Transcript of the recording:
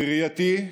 בראייתי,